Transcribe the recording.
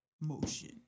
Motion